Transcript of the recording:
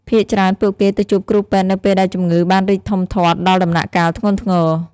ភាគច្រើនពួកគេទៅជួបគ្រូពេទ្យនៅពេលដែលជំងឺបានរីកធំធាត់ដល់ដំណាក់កាលធ្ងន់ធ្ងរ។